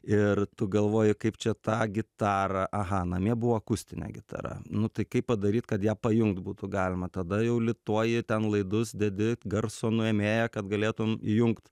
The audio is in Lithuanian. ir tu galvoji kaip čia tą gitarą aha namie buvo akustinė gitara nu tai kaip padaryt kad ją pajungt būtų galima tada jau lituoji ten laidus dedi garso nuėmėją kad galėtum įjungt